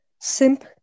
simp